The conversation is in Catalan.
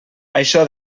això